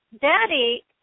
Daddy